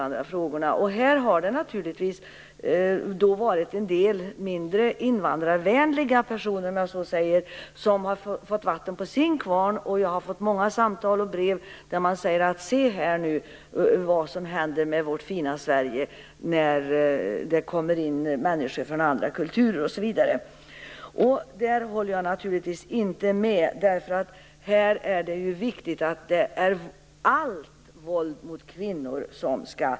Nu har en del mindre invandrarvänliga personer fått vatten på sin kvarn, och vi har fått många samtal och brev där man säger: Se här nu vad som händer med vårt fina Sverige när det kommer in människor från andra kulturer! Där håller jag naturligtvis inte med. Här är det viktigt att vi motarbetar allt våld mot kvinnor.